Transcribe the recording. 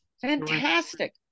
Fantastic